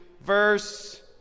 verse